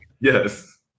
Yes